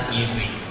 easy